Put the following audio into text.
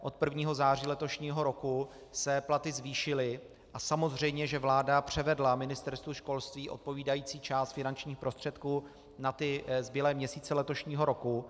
Od 1. září letošního roku se platy zvýšily a samozřejmě že vláda převedla Ministerstvu školství odpovídající část finančních prostředků na zbylé měsíce letošního roku.